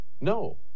No